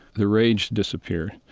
the rage disappears,